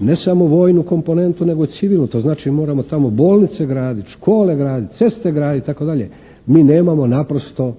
ne samo vojnu komponentu, nego i civilnu. To znači moramo tamo bolnice graditi, škole graditi, ceste graditi itd. Mi nemamo naprosto